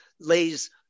lays